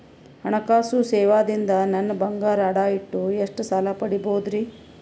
ಹಣಕಾಸು ಸೇವಾ ದಿಂದ ನನ್ ಬಂಗಾರ ಅಡಾ ಇಟ್ಟು ಎಷ್ಟ ಸಾಲ ಪಡಿಬೋದರಿ?